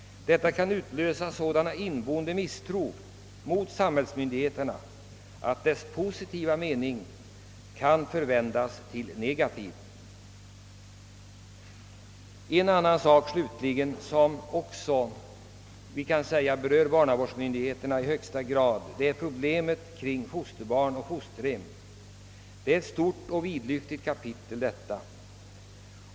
Detta kan utlösa misstro mot myndigheterna och deras positiva avsikter. En annan sak som i högsta grad be rör barnavårdsmyndigheterna är problemen beträffande fosterbarn och fosterhem. Detta är ett stort och vidlyftigt kapitel.